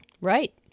Right